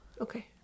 Okay